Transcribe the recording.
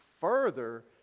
further